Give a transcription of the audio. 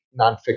nonfiction